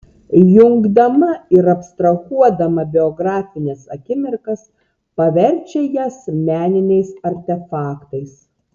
jungdama ir abstrahuodama biografines akimirkas paverčia jas meniniais artefaktais